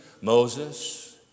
Moses